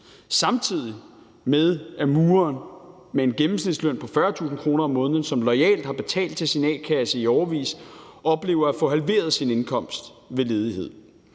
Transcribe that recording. samtidig med at mureren med en gennemsnitsløn på 40.000 kr. om måneden, som loyalt har betalt til sin a-kasse i årevis, oplever at få halveret sin indkomst ved ledighed.